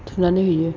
थुनानै होयो